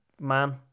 man